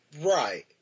Right